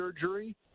surgery